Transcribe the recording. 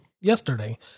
yesterday